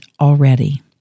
already